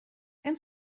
and